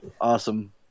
awesome